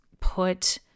put